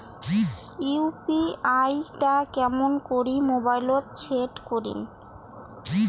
UPI টা কেমন করি মোবাইলত সেট করিম?